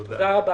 תודה.